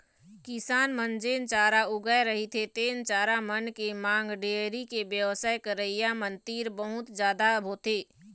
किसान मन जेन चारा उगाए रहिथे तेन चारा मन के मांग डेयरी के बेवसाय करइया मन तीर बहुत जादा होथे